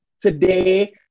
today